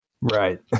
Right